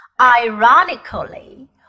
ironically